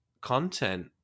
content